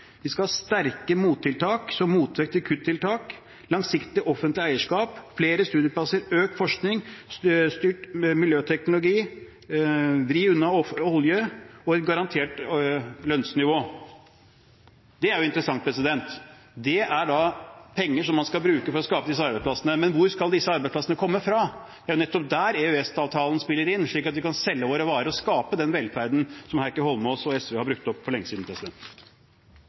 langsiktig offentlig eierskap, flere studieplasser, økt forskning, styrt miljøteknologi, man skal vri unna olje og ha et garantert lønnsnivå. Det er interessant. Man skal bruke penger til å skape disse arbeidsplassene, men hvor skal disse arbeidsplassene komme fra? Det er nettopp der EØS-avtalen spiller inn – slik at vi kan selge våre varer og skape den velferden som Heikki Holmås og SV har brukt opp for lenge siden.